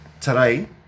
today